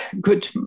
good